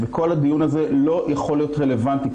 וכל הדיון הזה לא יכול להיות רלוונטי,